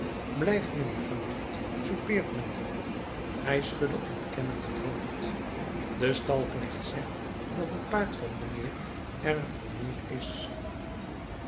blijft mijnheer van nacht soupeert mijnheer hij schudde ontkennend met het hoofd de stalknecht zegt dat het paard van mijnheer erg vermoeid is